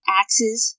axes